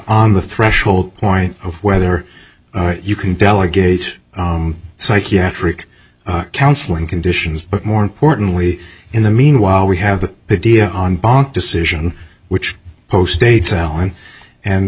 on the threshold point of whether you can delegate psychiatric counseling conditions but more importantly in the meanwhile we have the video on bond decision which host states alan and